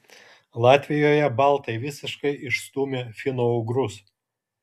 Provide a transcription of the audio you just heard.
latvijoje baltai visiškai išstūmė finougrus